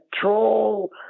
troll